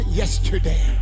yesterday